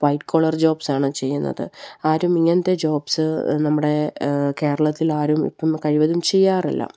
white collar ജോബ്സാണ് ചെയ്യുന്നത് ആരും ഇങ്ങനത്തെ ജോബ്സ് നമ്മുടെ കേരളത്തിലെ ആരും ഇപ്പം കഴിവതും ചെയ്യാറില്ല